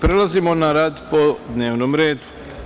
Prelazimo na rad po dnevnom redu.